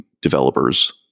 developers